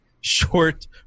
short